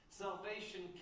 salvation